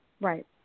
Right